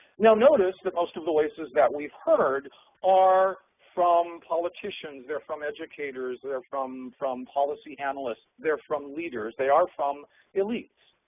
now notice that most of the voices that we've heard are from politicians. they're from educators. they're from from policy analysts. they're from leaders. they are from elites.